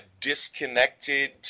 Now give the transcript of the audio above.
disconnected